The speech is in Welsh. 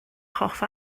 hoff